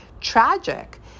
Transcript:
tragic